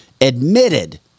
admitted